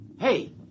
Hey